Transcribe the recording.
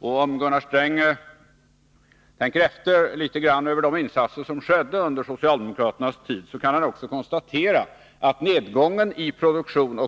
Och om Gunnar Sträng tänker litet på de insatser som gjordes under socialdemokraternas tid kan han också konstatera att nedgången i